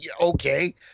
okay